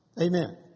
Amen